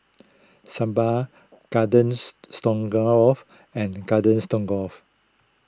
Sambar Gardens Stroganoff and Garden Stroganoff